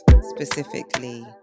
specifically